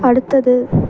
அடுத்தது